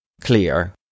clear